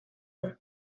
roll